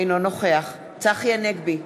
אינו נוכח צחי הנגבי,